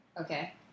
okay